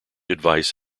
advice